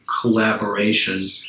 collaboration